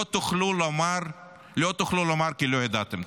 לא תוכלו לומר כי לא ידעתם.